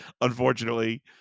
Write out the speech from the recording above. unfortunately